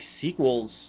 sequels